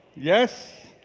yes?